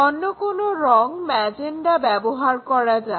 অন্য কোনো রং ম্যাজেন্ডা ব্যবহার করা যাক